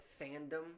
fandom